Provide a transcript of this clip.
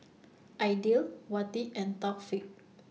Aidil Wati and Taufik